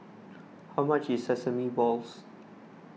how much is Sesame Balls